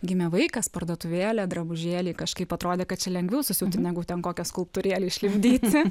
gimė vaikas parduotuvėlė drabužėliai kažkaip atrodė kad čia lengviau susiūti negu ten kokią skulptūrėlę išlipdyti